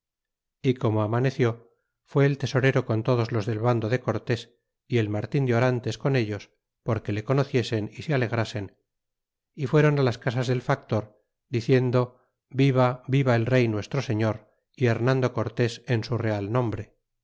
y como amaneció fue el tesorero con todos los del bando de cortés y el martin de orantes con ellos porque le conociesen y se alegrasen y fueron las casas del factor diciendo viva viva el rey nuestro señor y hernando cortés en su rea nombre